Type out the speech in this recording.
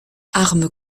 arme